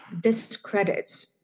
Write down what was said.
discredits